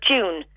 June